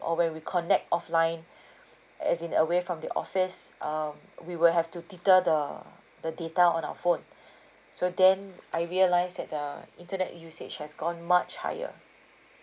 or when we connect offline as in away from the office um we will have to deter the the data on our phone so then I realized that the internet usage has gone much higher